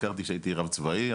הכרתי כשהייתי רב צבאי.